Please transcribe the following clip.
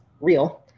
real